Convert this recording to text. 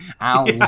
Owls